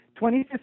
2015